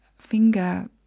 finger